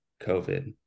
COVID